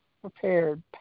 prepared